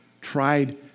Tried